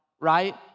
right